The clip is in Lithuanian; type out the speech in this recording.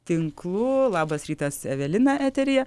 tinklų labas rytas evelina eteryje